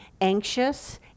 anxious